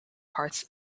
parts